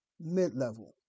mid-level